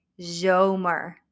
zomer